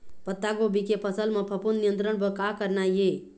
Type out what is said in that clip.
पत्तागोभी के फसल म फफूंद नियंत्रण बर का करना ये?